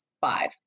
five